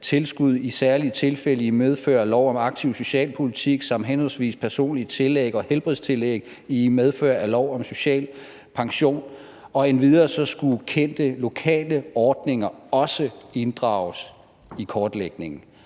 tilskud i særlige tilfælde i medfør af lov om aktiv socialpolitik samt henholdsvis personligt tillæg og helbredstillæg i medfør af lov om social pension. Endvidere skulle kendte lokale ordninger også inddrages i kortlægningen.